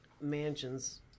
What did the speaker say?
mansions